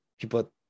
people